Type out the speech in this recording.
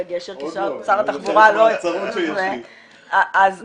הגשר כי שר התחבורה --- אז -- נכון,